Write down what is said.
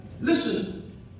Listen